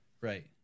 right